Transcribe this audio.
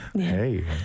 Hey